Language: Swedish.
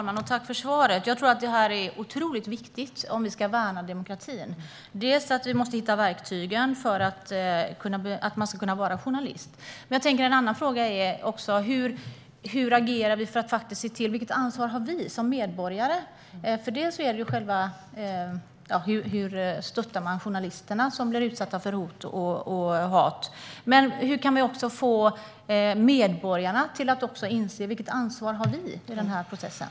Herr talman! Jag tror att detta är otroligt viktigt om vi ska värna demokratin. Vi måste hitta verktygen för att människor ska kunna vara journalister. Men en annan fråga är också hur vi agerar för att faktiskt se till att detta sker. Vilket ansvar har vi som medborgare? Det handlar om hur man stöttar de journalister som blir utsatta för hot och hat, men hur kan vi också få medborgarna att fundera på vilket ansvar de har i processen?